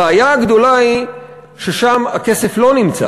הבעיה הגדולה היא ששם הכסף לא נמצא.